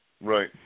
Right